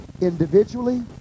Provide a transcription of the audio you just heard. Individually